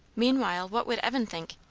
meanwhile, what would evan think?